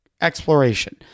exploration